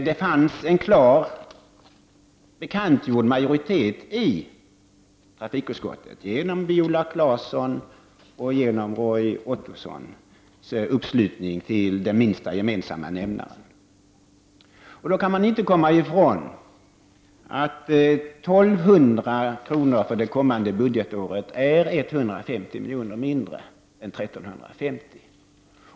Det fanns en klar bekantgjord majoritet i trafikutskottet genom Viola Claessons och Roy Ottossons uppslutning kring den minsta gemensamma nämnaren. Då kan man inte komma ifrån att 1 200 miljoner för det kommande budgetåret är 150 miljoner mindre än 1 350 miljoner.